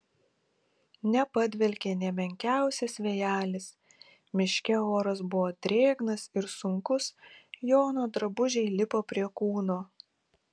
nepadvelkė nė menkiausias vėjelis miške oras buvo drėgnas ir sunkus jono drabužiai lipo prie kūno